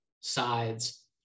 sides